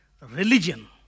religion